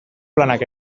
planak